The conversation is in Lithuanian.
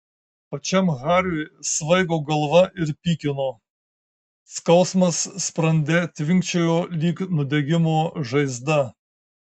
pačiam hariui svaigo galva ir pykino skausmas sprande tvinkčiojo lyg nudegimo žaizda